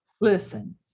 Listen